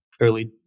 early